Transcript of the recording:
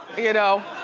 you know?